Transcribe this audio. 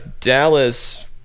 Dallas